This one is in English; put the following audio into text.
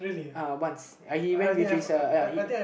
uh once he went with his uh